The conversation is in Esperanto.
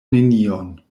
nenion